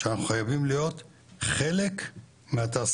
שאנחנו חייבים להיות חלק מהתעשייה